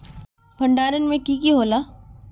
भण्डारण में की की होला?